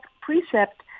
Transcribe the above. precept